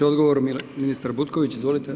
Odgovor, ministar Butković, izvolite.